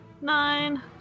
nine